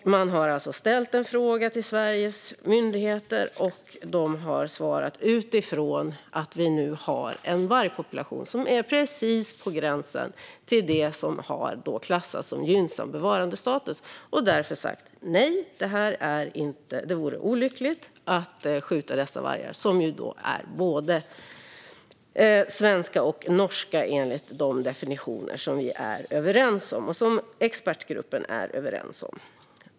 Man har alltså ställt en fråga till Sveriges myndigheter, och de har svarat nej, utifrån att det nu finns en vargpopulation som är precis på gränsen till det som har klassats som gynnsam bevarandestatus Det vore olyckligt att skjuta dessa vargar, som är både svenska och norska enligt de definitioner som vi och expertgruppen är överens om.